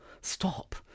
stop